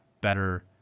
better